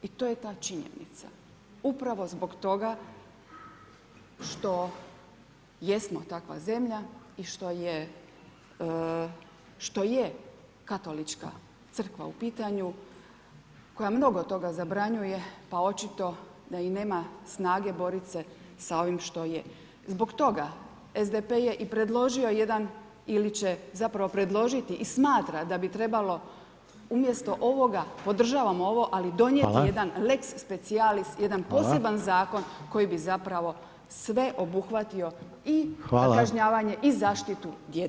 I to je ta činjenica, upravo zbog toga, što jesmo takva zemlja i što je katolička crkva u pitanju, koja mnogo toga zabranjuje pa očito da nema snage boriti se sa ovim što je, zbog toga SDP je i predložio jedan ili će zapravo predložiti i smatra da bi trebalo umjesto ovoga, podržavam ovo ali donijeti jedan lex specijalist, jedan poseban zakon, koji bi zapravo sve obuhvatio i kažnjavanje i zaštitu djece i maloljetnika.